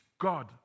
God